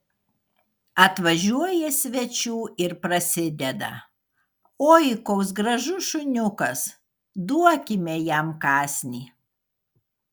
atvažiuoja svečių ir prasideda oi koks gražus šuniukas duokime jam kąsnį